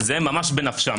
זה ממש בנפשם.